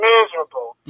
Miserable